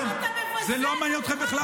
אתם הפקרתם אותם, אתם הפקרתם אותם.